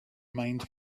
mind